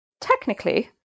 technically